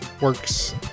works